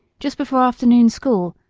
just before afternoon school,